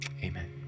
amen